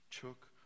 took